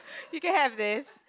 you can have this